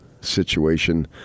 situation